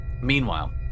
Meanwhile